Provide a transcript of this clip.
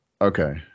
Okay